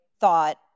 thought